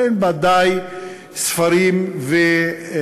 אבל אין בה די ספרים לדוברי